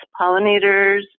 pollinators